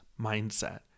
mindset